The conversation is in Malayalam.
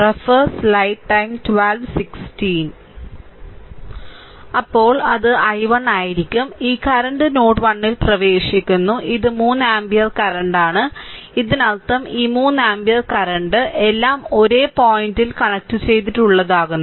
അപ്പോൾ അത് i1 ആയിരിക്കും ഈ കറന്റ് നോഡ് 1 ൽ പ്രവേശിക്കുന്നു ഇത് 3 ആമ്പിയർ കറന്റാണ് ഇതിനർത്ഥം ഈ 3 ആമ്പിയർ കറന്റ് എല്ലാം ഒരേ പോയിന്റിൽ കണക്റ്റുചെയ്തിട്ടുള്ളതാകുന്നു